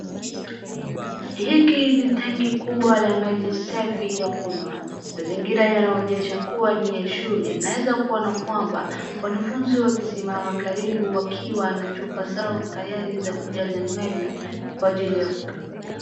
Hiki ni tanki kubwa la maji safi ya kunywa. Mazingira yanaonyesha kuwa ni ya shule. Naeza kuona kwamba wanafunzi wakisimama karibu wakiwa na chupa zao tayari za kujaza maji kwa ajili ya kunywa.